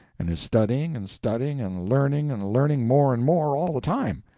and is studying and studying and learning and learning more and more, all the time,